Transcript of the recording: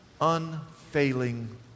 unfailing